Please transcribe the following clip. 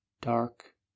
Dark